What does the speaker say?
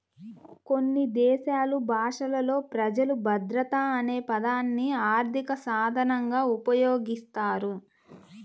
కొన్ని దేశాలు భాషలలో ప్రజలు భద్రత అనే పదాన్ని ఆర్థిక సాధనంగా ఉపయోగిస్తారు